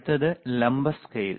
അടുത്തത് ലംബ സ്കെയിൽ